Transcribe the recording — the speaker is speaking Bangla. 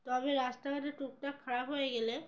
তবে রাস্তাঘাটে টুকটাক খারাপ হয়ে গেলে